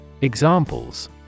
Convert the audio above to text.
Examples